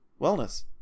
wellness